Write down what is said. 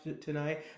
tonight